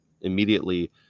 immediately